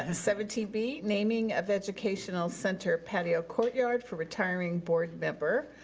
ah seventeen b naming of educational center patio courtyard for retiring board member.